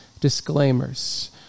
disclaimers